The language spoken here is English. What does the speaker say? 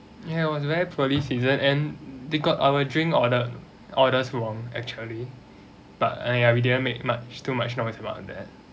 ya it was very poorly seasoned and they got our drink order orders wrong actually but ya we didn't make much too much noise about that